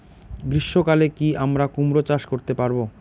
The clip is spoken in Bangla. গ্রীষ্ম কালে কি আমরা কুমরো চাষ করতে পারবো?